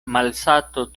malsato